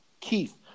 Keith